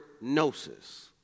gnosis